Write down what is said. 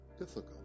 Ithaca